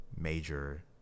major